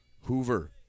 Hoover